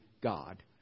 God